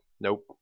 Nope